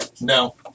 No